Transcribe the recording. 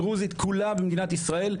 הדרוזית כולה במדינת ישראל.